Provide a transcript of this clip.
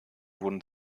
wurden